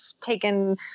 taken